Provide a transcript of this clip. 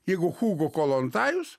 jeigu hugo kolontajus